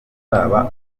bazaba